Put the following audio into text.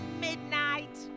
midnight